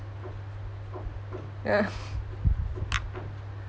ya